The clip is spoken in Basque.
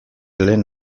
lehen